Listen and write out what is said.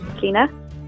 Kina